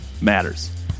matters